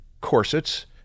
corsets